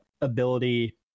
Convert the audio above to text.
ability